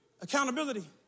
Accountability